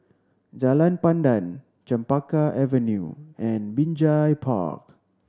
Jalan Pandan Chempaka Avenue and Binjai Park